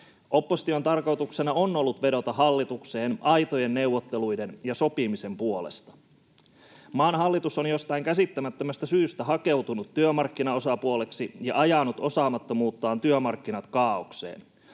Opposition tarkoituksena on ollut vedota hallitukseen aitojen neuvotteluiden ja sopimisen puolesta. Maan hallitus on jostain käsittämättömästä syystä hakeutunut työmarkkinaosapuoleksi ja ajanut osaamattomuuttaan työmarkkinat kaaokseen.